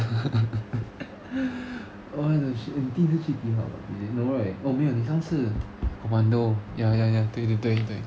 what the shit eh 你第一次去 T hub ah oh right oh wait 你刚是 commando ya ya ya 对对对对